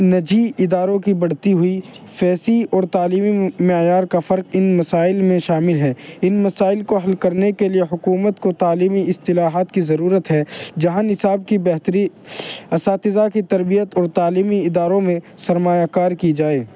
نجی اداروں کی بڑھتی ہوئی فیسیں اور تعلیمی معیار کا فرق ان مسائل میں شامل ہے ان مسائل کو حل کرنے کے لیے حکومت کو تعلیمی اصطلاحات کی ضرورت ہے جہاں نصاب کی بہتری اساتذہ کی تربیت اور تعلیمی اداروں میں سرمایہ کار کی جائے